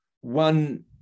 one